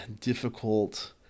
difficult